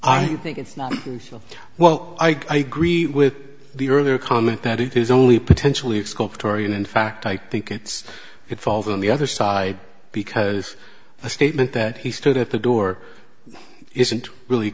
i think it's not well i agree with the earlier comment that it is only potentially exculpatory and in fact i think it's it falls on the other side because the statement that he stood at the door isn't really